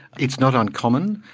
it's not uncommon,